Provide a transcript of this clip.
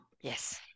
yes